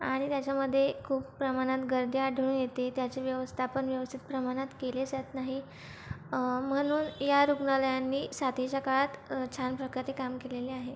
आणि त्याच्यामध्ये खूप प्रमाणात गर्दी आढळून येते त्याचे व्यवस्थापन व्यवस्थित प्रमाणात केले जात नाही म्हणून या रुग्णालयांनी साथीच्या काळात छान प्रकारे काम केलेले आहे